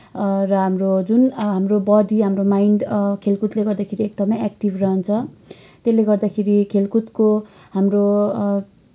र हाम्रो जुन हाम्रो बडी हाम्रो माइन्ड खेलकुदले गर्दाखेरि एकदमै एक्टिभ रहन्छ त्यसले गर्दाखेरि खेलकुदको हाम्रो